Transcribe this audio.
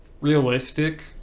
realistic